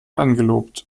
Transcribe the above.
angelobt